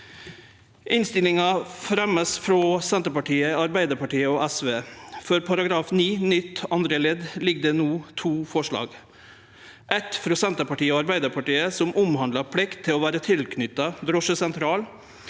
Innstillinga blir fremja av Senterpartiet, Arbeidarpartiet og SV. For § 9 nytt andre ledd ligg det no føre to forslag. Det er eitt frå Senterpartiet og Arbeidarpartiet, som omhandlar plikt til å vere tilknytt drosjesentral